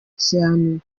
cyane